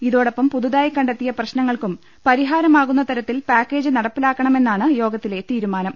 ഇതോടൊപ്പം പുതു തായി കണ്ടെത്തിയ പ്രശ്നങ്ങൾക്കും പരിഹാരം ആകുന്നതരത്തിൽ പാക്കേജ് നട്പ്പിലാക്കണമെന്നാണ് യോഗത്തിലെ തീരുമാനം